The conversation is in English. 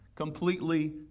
Completely